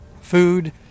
food